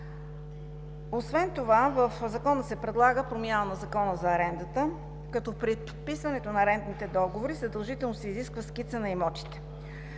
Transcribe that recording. Освен това в Закона се предлага промяна на Закона за арендата, като при вписването на рентните договори задължително се изисква скица на имотите.